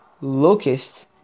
locusts